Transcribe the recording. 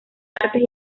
artes